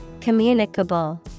communicable